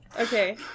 okay